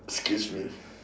excuse me